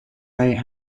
they